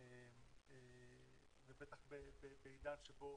ובטח בעידן שבו